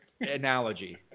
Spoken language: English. analogy